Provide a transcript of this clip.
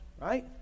right